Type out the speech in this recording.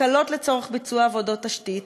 הקלות לצורך ביצוע עבודות תשתית,